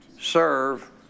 serve